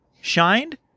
shined